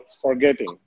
forgetting